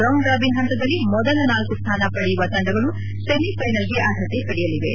round robin ಹಂತದಲ್ಲಿ ಮೊದಲ ನಾಲ್ಲು ಸ್ಲಾನ ಪಡೆಯುವ ತಂಡಗಳು ಸೆಮಿಫ್ಲೆನಲ್ಗೆ ಅರ್ಹತೆ ಪಡೆಯಲಿವೆ